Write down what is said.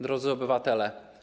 Drodzy Obywatele!